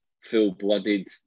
full-blooded